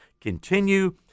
continue